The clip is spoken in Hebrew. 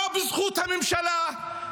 לא בזכות הממשלה,